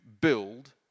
build